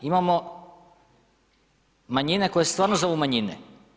Imamo manjine koje se stvarno zovu manjine.